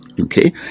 Okay